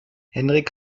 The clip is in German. henrik